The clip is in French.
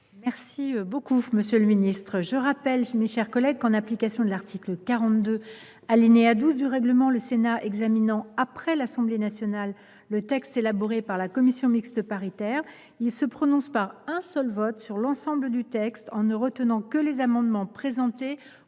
par la commission mixte paritaire. Je rappelle que, en application de l’article 42, alinéa 12, du règlement, le Sénat examinant après l’Assemblée nationale le texte élaboré par la commission mixte paritaire, il se prononce par un seul vote sur l’ensemble du texte en ne retenant que les amendements présentés